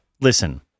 listen